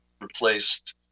replaced